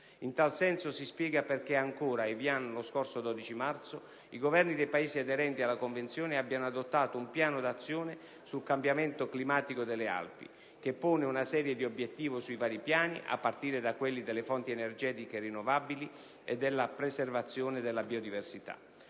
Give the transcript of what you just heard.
In tal senso si spiega perché, ancora a Evian, lo scorso 12 marzo, i Governi dei Paesi aderenti alla Convenzione abbiano adottato un Piano d'azione sul cambiamento climatico nelle Alpi, che pone una serie di obiettivi sui vari piani, a partire da quelli delle fonti energetiche rinnovabili e della preservazione della biodiversità.